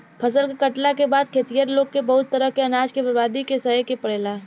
फसल के काटला के बाद खेतिहर लोग के बहुत तरह से अनाज के बर्बादी के सहे के पड़ेला